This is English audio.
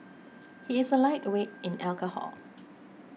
he is a lightweight in alcohol